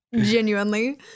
Genuinely